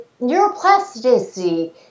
neuroplasticity